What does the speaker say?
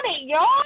y'all